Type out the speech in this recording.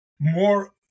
more